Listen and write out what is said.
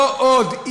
לא עוד.